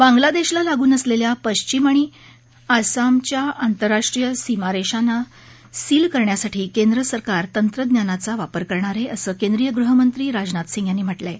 बांगलादेशला लागून असलेल्या पश्चिम बंगाल आणि आसामच्या आंतस्राष्ट्रीय सीमारेषांना सील करण्यासाठी केंद्र सरकार तंत्रज्ञानाचा वापर करणार आहे असं केंद्रीय गृह मंत्री राजनाथ सिंह यांनी म्हटलं आहे